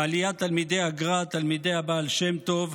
בעליית תלמידי הגר"א, תלמידי הבעל שם טוב,